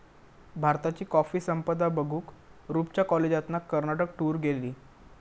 भारताची कॉफी संपदा बघूक रूपच्या कॉलेजातना कर्नाटकात टूर गेली